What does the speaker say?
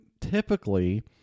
typically